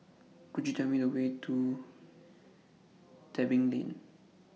Could YOU Tell Me The Way to Tebing Lane